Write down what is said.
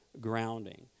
grounding